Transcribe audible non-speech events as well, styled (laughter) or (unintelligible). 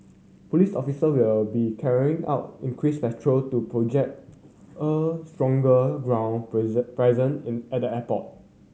police officer will be carrying out increased patrol to project a stronger ground (unintelligible) presence in at the airport